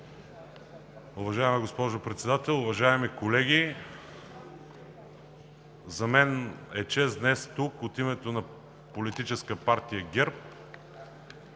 Уважаема госпожо Председател, уважаеми колеги! За мен е чест днес от името на Политическа партия ГЕРБ